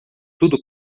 tudo